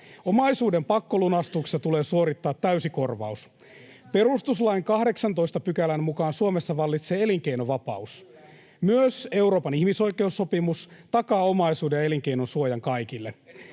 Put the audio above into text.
Omaisuuden pakkolunastuksessa tulee suorittaa täysi korvaus. Perustuslain 18 §:n mukaan Suomessa vallitsee elinkeinovapaus. [Oikealta: Kyllä!] Myös Euroopan ihmisoikeussopimus takaa omaisuuden ja elinkeinon suojan kaikille.